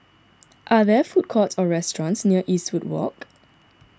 are there food courts or restaurants near Eastwood Walk